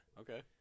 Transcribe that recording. Okay